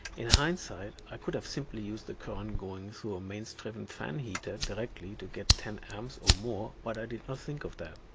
in hind-sight i could have simply used the current going to so a mains driven fan heater directly to get ten and a or more but i did not think of that.